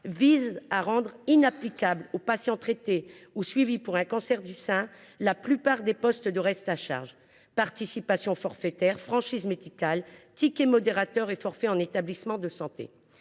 vise à rendre inapplicables aux patientes traitées ou suivies pour un cancer du sein la plupart des postes de reste à charge : participation forfaitaire, franchise médicale, ticket modérateur et forfaits en établissements de santé.